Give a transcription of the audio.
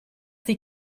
sie